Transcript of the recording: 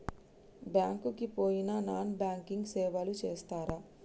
Bank కి పోయిన non banking సేవలు చేస్తరా?